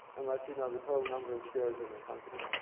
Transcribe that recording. unless you know the total number of shares in the company.